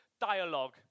dialogue